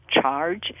charge